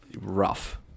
Rough